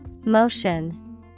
Motion